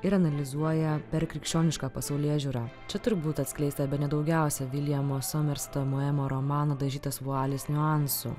ir analizuoja per krikščionišką pasaulėžiūrą čia turbūt atskleista bene daugiausia williamo somerseto moemo romano dažytas vualis niuansų